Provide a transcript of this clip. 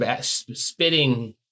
spitting